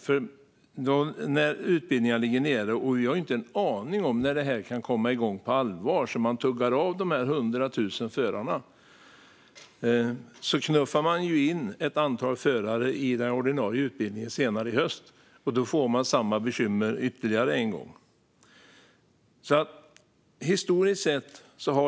Nu ligger utbildningarna nere, och vi har inte en aning om när de kan komma igång på allvar. För att beta av de 100 000 förarna måste man knuffa in ett antal i den ordinarie utbildningen i höst, och då får man samma bekymmer igen.